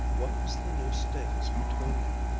what was the new status between them?